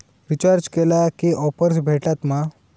Recharge केला की offers भेटात मा?